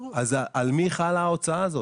אז על מי חלה ההוצאה הזאת?